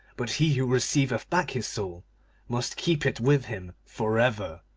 but he who receiveth back his soul must keep it with him for ever,